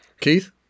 Keith